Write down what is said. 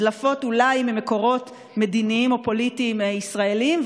הדלפות אולי ממקורות מדיניים או פוליטיים ישראליים,